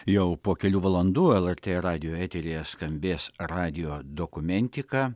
jau po kelių valandų lrt radijo eteryje skambės radijo dokumentika